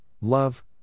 love